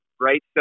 Right